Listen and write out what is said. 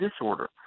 disorder